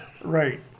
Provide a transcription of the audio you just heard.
Right